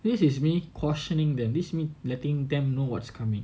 this is me cautioning that this mean letting them know what's coming